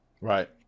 Right